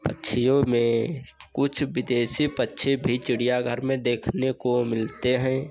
पक्षियों में कुछ विदेशी पक्षी भी चिड़ियाघर में देखने को मिलते हैं